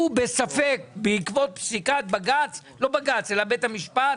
בעקבות פסיקת בית המשפט